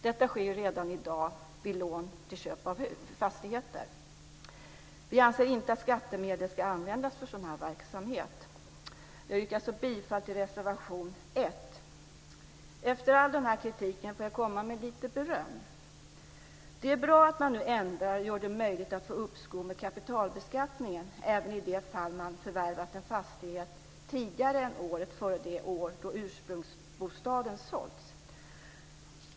Detta sker redan i dag vid lån till köp av fastigheter. Vi anser inte att skattemedel ska användas för sådan här verksamhet. Jag yrkar alltså bifall till reservation 1. Efter all den här kritiken får jag komma med lite beröm. Det är bra att man nu ändrar och gör det möjligt att få uppskov med kapitalbeskattningen även i de fall där man förvärvat en fastighet tidigare än året före det år då ursprungsbostaden sålts.